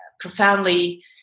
profoundly